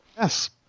Yes